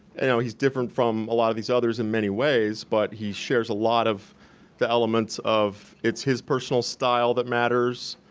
and he's different from a lot of these others in many ways, but he shares a lot of the elements of it's his personal style that matters.